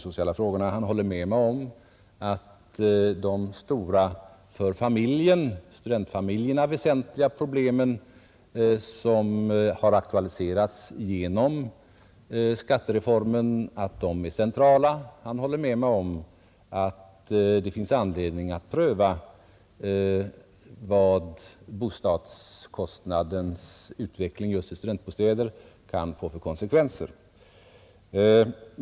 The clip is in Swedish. Han håller med mig om att de för studentfamiljerna väsentliga problemen, som har aktualiserats genom skattereformen, är centrala. Han håller med mig om att det finns anledning att pröva vad bostadskostnadens utveckling just i fråga om studentbostäder kan få för konsekvenser.